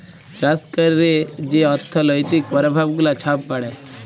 চাষ ক্যইরে যে অথ্থলৈতিক পরভাব গুলা ছব পড়ে